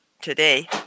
today